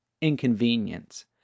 inconvenience